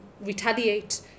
retaliate